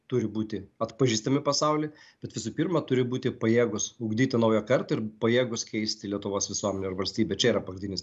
turi būti atpažįstami pasauly bet visų pirma turi būti pajėgūs ugdyti naują kartą ir pajėgūs keisti lietuvos visuomenę ar valstybę čia yra pagrindinis